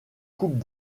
coupes